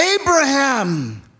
Abraham